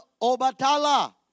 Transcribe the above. Obatala